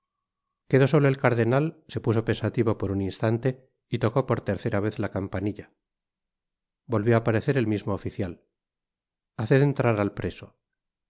quedó solo el cardenal se puso pensativo por un instante y tocó por tercera vez la campanilla volvió á parecer el mismo oficial haced entrar al preso